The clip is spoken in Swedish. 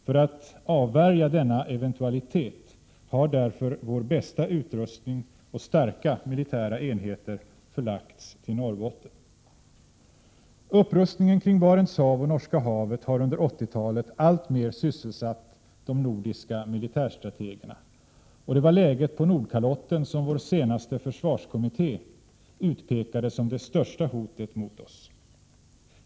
För att avvärja denna eventualitet har därför vår bästa utrustning och starka militära enheter förlagts till Norrbotten. Upprustningen kring Barents hav och Norska havet har under 80-talet alltmer sysselsatt de nordiska militärstrategerna, och det var läget på Nordkalotten som vår senaste försvarskommitté utpekade som det största hotet mot oss.